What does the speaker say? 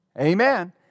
Amen